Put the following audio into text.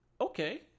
okay